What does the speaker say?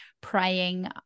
praying